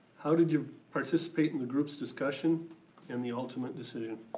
how did you participate in the group's discussion and the ultimate decision?